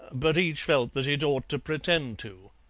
but each felt that it ought to pretend to.